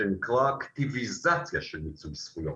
שנקרא אקטיבציה של ניצול זכויות.